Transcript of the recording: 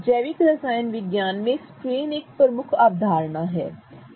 जैविक रसायन विज्ञान में स्ट्रेन एक प्रमुख अवधारणा है